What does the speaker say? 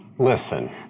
Listen